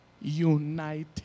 United